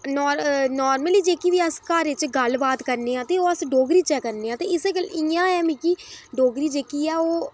ते नार्मली जेह्की बी अस घरै च गल्ल बात करने आं ते ओह् अस डोगरी च गै करने आं ते इस्सै गल्लै इ'यां गै मिगी डोगरी जेह्की ऐ ओह् औंदी ऐ